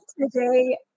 today